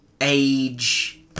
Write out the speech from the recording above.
age